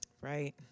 Right